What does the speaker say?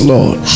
Lord